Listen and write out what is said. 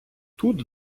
тут